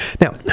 Now